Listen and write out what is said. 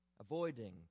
avoiding